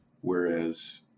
Whereas